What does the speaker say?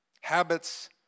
Habits